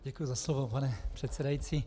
Děkuji za slovo, pane předsedající.